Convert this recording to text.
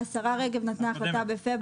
השרה רגב נתנה החלטה בפברואר.